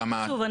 שוב,